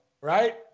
right